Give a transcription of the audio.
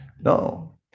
No